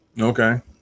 Okay